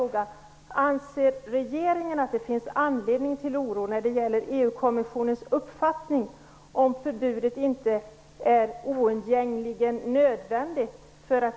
Anser regeringen att det finns anledning till oro när det gäller EU-kommissionens uppfattning, om förbudet inte är oundgängligen nödvändigt?